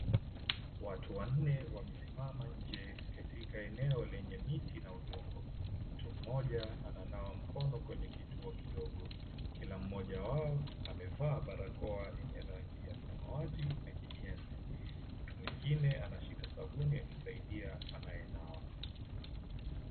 Watu wanne wamesimama inje katika eneo lenye miti na udongo, mtu mmoja ananawa mkono kwenye kituo kidogo. Kila mmojawao amevaa barakoa yenye rangi ya samawati na kijani, mtu mwingine anashika sabuni akisaidia anayenawa.